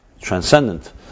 transcendent